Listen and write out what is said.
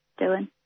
Dylan